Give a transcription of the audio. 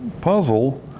puzzle